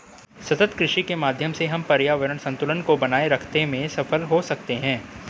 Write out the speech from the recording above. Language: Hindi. सतत कृषि के माध्यम से हम पर्यावरण संतुलन को बनाए रखते में सफल हो सकते हैं